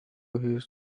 his